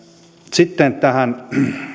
sitten tähän